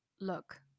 look